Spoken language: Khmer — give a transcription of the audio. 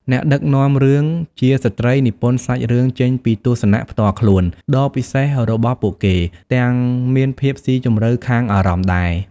អ្នកដឹកនាំរឿងជាស្ត្រីនិពន្ធសាច់រឿងចេញពីទស្សនៈផ្ទាល់ខ្លួនដ៏ពិសេសរបស់ពួកគេ ទាំងមានភាពសុីជម្រៅខាងអារម្មណ៍ដែរ។